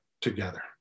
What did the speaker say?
together